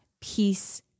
peace